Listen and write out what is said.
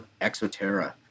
ExoTerra